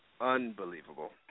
Unbelievable